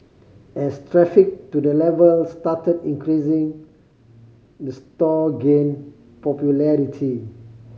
as traffic to the level started increasing the store gained popularity